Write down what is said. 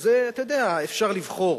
אז אתה יודע, אפשר לבחור.